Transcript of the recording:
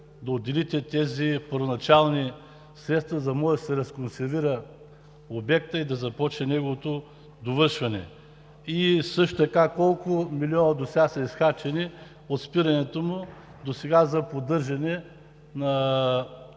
да отделите тези първоначални средства, за да може да се разконсервира обектът и да започне неговото довършване. Също така колко милиона са изхарчени от спирането му досега за поддържане на